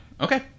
Okay